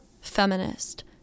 feminist